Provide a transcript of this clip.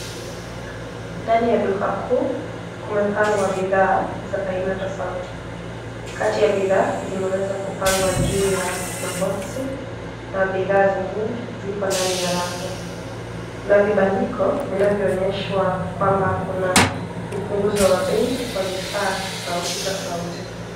Ndani ya duka kuu kumepangwa bidhaa za aina tofauti. Kati ya bidhaa zimeweza kupangwa juu ya maboksi na bidhaa zingine zipo ndani ya rafu. Kuna vibandiko vinavyoonyeshwa kwamba kuna upunguzo wa bei kwa vifaa tofauti tofauti.